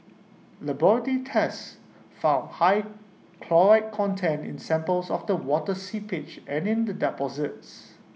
laboratory tests found high chloride content in samples of the water seepage and in the deposits